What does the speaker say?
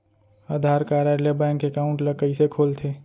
आधार card ले bank account ल कइसे खोलथे?